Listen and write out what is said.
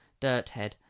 dirthead